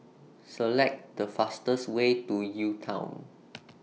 Select The fastest Way to U Town